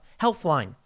Healthline